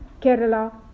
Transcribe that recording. Kerala